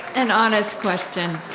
an honest question